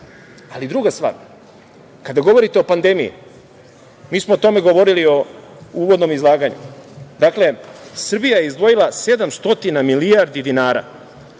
Ali, druga stvar. Kad govorite o pandemiji, mi smo o tome govorili u uvodnom izlaganju, Srbija je izdvojila 700 milijardi dinara